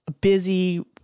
busy